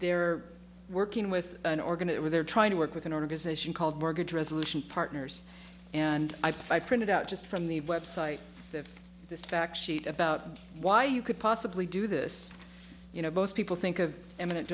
they're working with an organ it where they're trying to work with an organization called mortgage resolution partners and i printed out just from the website of this fact sheet about why you could possibly do this you know most people think of eminent